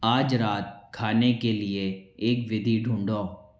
आज रात खाने के लिए एक विधि ढूँढ़ो